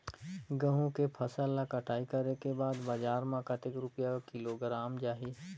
गंहू के फसल ला कटाई करे के बाद बजार मा कतेक रुपिया किलोग्राम जाही?